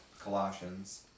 Colossians